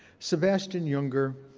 sebastian younger.